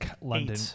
London